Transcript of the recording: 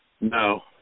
No